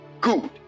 Good